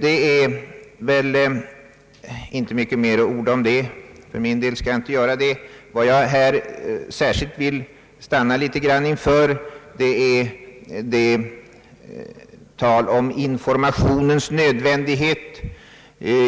Det är väl inte mycket mer att orda om det. För min del skall jag inte göra det heller. Vad jag dock särskilt vill beröra är talet om informationens nödvändighet